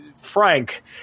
Frank